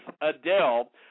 Adele